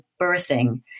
birthing